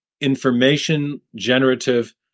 information-generative